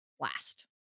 last